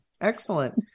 excellent